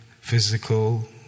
physical